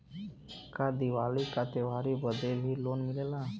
का दिवाली का त्योहारी बदे भी लोन मिलेला?